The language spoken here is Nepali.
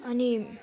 अनि